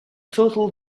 total